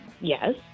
yes